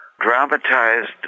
dramatized